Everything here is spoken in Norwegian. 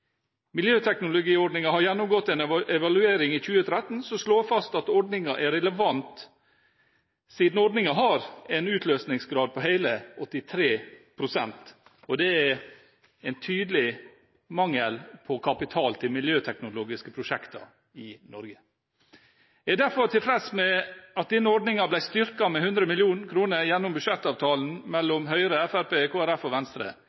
evaluering i 2013 som slo fast at ordningen er relevant, siden den har en utløsningsgrad på hele 83 pst. Det er også en tydelig mangel på kapital til miljøteknologiske prosjekter i Norge. Jeg er derfor tilfreds med at denne ordningen ble styrket med 100 mill. kr gjennom budsjettavtalen mellom Høyre og Fremskrittspartiet og Kristelig Folkeparti og Venstre.